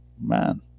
man